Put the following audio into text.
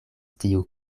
tiu